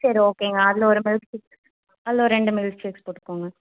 சரி ஓகேங்க அதில் ஒரு மில்க் ஷேக் அதில் ஒரு ரெண்டு மில்க் ஷேக்ஸ் போட்டுக்கோங்க